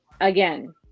again